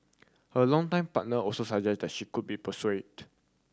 her longtime partner also suggested that she could be persuaded